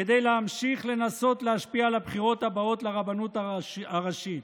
כדי להמשיך לנסות להשפיע על הבחירות הבאות לרבנות הראשית.